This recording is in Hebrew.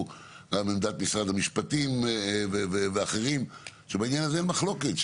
שגם עמדת משרד המשפטים ואחרים היא כזאת.